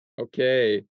Okay